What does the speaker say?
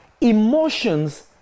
Emotions